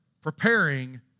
preparing